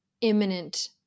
imminent